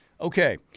Okay